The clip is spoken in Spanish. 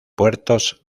puertos